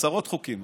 עשרות חוקים,